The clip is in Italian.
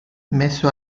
messo